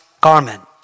garment